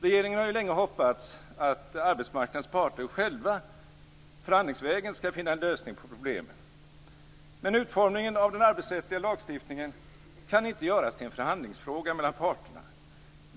Regeringen har länge hoppats att arbetsmarknadens parter själva förhandlingsvägen skall finna en lösning på problemen. Men utformningen av den arbetsrättsliga lagstiftningen kan inte göras till en förhandlingsfråga mellan parterna.